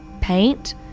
paint